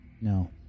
No